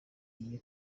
iye